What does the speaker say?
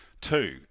two